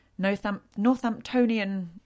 Northamptonian